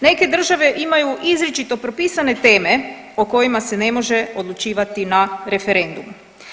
Neke države imaju izričito propisane teme o kojima se ne može odlučivati na referendumu.